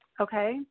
Okay